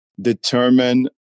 determine